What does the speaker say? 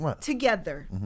Together